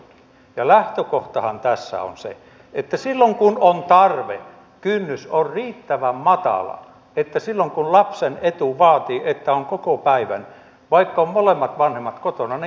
lähtökohtahan tässä on se että silloin kun on tarve kynnys on riittävän matala että silloin kun lapsen etu vaatii että on koko päivän vaikka molemmat vanhemmat ovat kotona niin ilman muuta